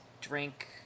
drink